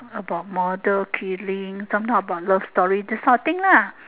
about model peeling sometime about love story this sort of thing ah